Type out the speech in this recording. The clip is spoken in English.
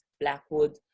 Blackwood